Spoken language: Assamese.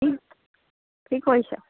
কি কৰিছ